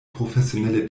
professionelle